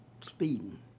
speeding